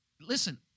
listen